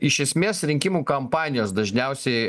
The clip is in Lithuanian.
iš esmės rinkimų kampanijos dažniausiai